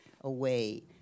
away